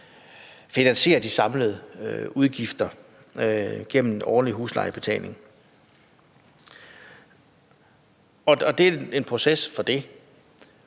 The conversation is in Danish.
finansiere de samlede udgifter gennem en årlig huslejebetaling. Det er processen for det.